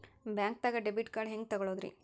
ಬ್ಯಾಂಕ್ದಾಗ debit card ಹೆಂಗ್ ತಗೊಳದ್ರಿ?